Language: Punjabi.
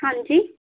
ਹਾਂਜੀ